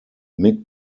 mick